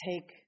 take